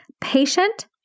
patient